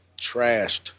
trashed